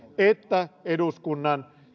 että eduskunnan